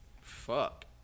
Fuck